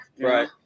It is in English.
Right